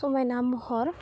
समायना महर